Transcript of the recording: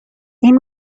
این